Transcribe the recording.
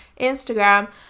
instagram